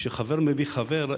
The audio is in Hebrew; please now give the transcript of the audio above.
כשחבר מביא חבר,